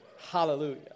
Hallelujah